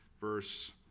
verse